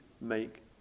make